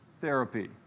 therapy